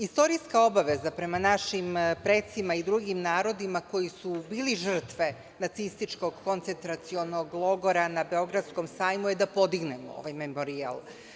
Istorijska obaveza prema našim precima i drugim narodima koji su bili žrtve nacističkog koncentracionog logora na Beogradskom sajmu je da podignemo ovaj memorijal.